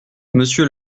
monsieur